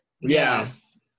Yes